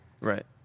Right